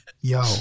yo